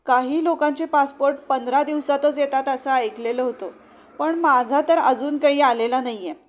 काही लोकांचे पासपोर्ट पंधरा दिवसातच येतात असं ऐकलेलं होतं पण माझा तर अजून काही आलेला नाही आहे